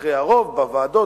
מכריע הרוב בוועדות,